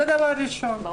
זה דבר ראשון.